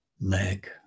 leg